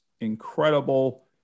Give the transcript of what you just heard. incredible